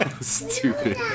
stupid